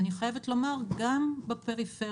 אני חייבת לומר שגם בפריפריה,